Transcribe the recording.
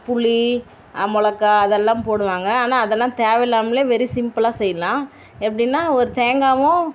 புளி மிளகா அதெல்லாம் போடுவாங்க ஆனால் அதெல்லாம் தேவை இல்லாமல் வெறும் சிம்பிளாக செய்யலாம் எப்படின்னா ஒரு தேங்காய்வும்